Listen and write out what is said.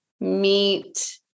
meet